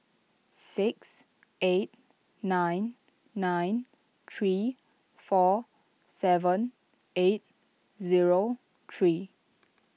six eight nine nine three four seven eight zero three